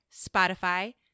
Spotify